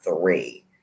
three